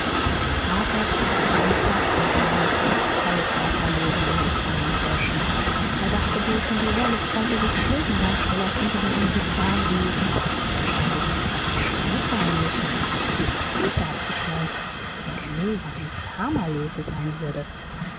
aber pathos eifer moral alles war verloren an dem kleinen burschen er dachte bloß an die herrlichkeit dieses heldendarstellers unter den unsichtbaren wesen und er stellte sich vor wie schön es sein müsse dieses kind darzustellen wenn der löwe ein zahmer löwe sein würde